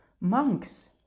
monks